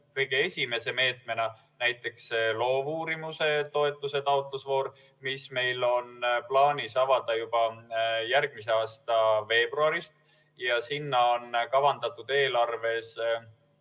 kõige esimese meetmena välja tuua näiteks loovuurimuse toetuse taotlusvoor, mis meil on plaanis avada juba järgmise aasta veebruaris ja sinna on kavandatud eelarves